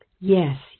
yes